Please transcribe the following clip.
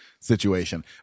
situation